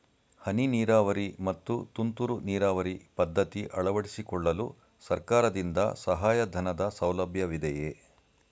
ಹನಿ ನೀರಾವರಿ ಮತ್ತು ತುಂತುರು ನೀರಾವರಿ ಪದ್ಧತಿ ಅಳವಡಿಸಿಕೊಳ್ಳಲು ಸರ್ಕಾರದಿಂದ ಸಹಾಯಧನದ ಸೌಲಭ್ಯವಿದೆಯೇ?